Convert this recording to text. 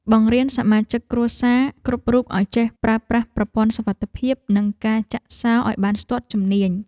បង្រៀនសមាជិកគ្រួសារគ្រប់រូបឱ្យចេះប្រើប្រាស់ប្រព័ន្ធសុវត្ថិភាពនិងការចាក់សោរឱ្យបានស្ទាត់ជំនាញ។